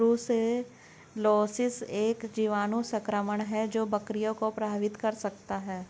brucellosis एक जीवाणु संक्रमण है जो बकरियों को प्रभावित कर सकता है